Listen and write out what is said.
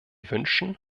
wünschen